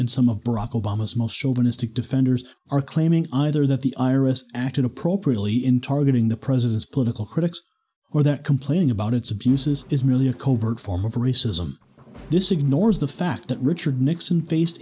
obama's most children istic defenders are claiming either that the iris acted appropriately in targeting the president's political critics or that complaining about its abuses is merely a covert form of racism this ignores the fact that richard nixon faced